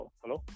Hello